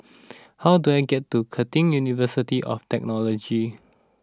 how do I get to Curtin University of Technology